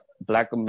Black